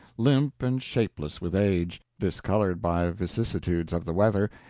limp and shapeless with age, discolored by vicissitudes of the weather,